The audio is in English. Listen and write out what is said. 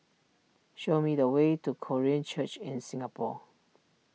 show me the way to Korean Church in Singapore